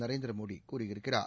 நரேந்திர மோடி கூறியிருக்கிறார்